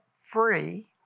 free